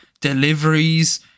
deliveries